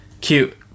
cute